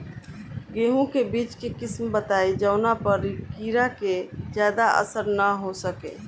गेहूं के बीज के किस्म बताई जवना पर कीड़ा के ज्यादा असर न हो सके?